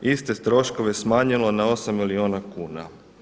Iste troškove smanjimo na 8 milijuna kuna.